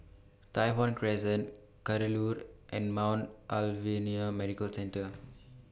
Tai Hwan Crescent Kadaloor and Mount Alvernia Medical Centre